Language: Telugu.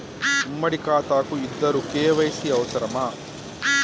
ఉమ్మడి ఖాతా కు ఇద్దరు కే.వై.సీ అవసరమా?